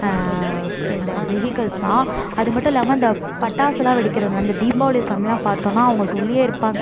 இந்த வெஹிக்கல்ஸ் தான் அது மட்டும் இல்லாமல் இந்த பட்டாசுலாம் வெடிக்கிறவங்க அந்த தீபாவளி சமயம்லாம் பார்த்தோம்னா அவங்க சொல்லியே இருப்பாங்க